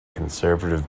conservative